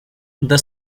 the